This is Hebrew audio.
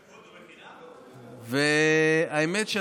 האמת,